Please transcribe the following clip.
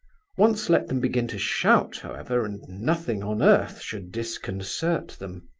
once let them begin to shout, however, and nothing on earth should disconcert them.